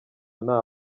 nta